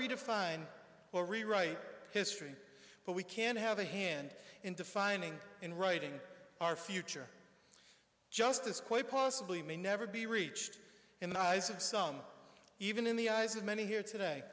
redefine or rewrite history but we can have a hand in defining in writing our future justice quite possibly may never be reached in the eyes of some even in the eyes of many here today